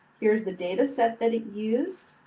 here is the data set that it used.